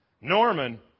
Norman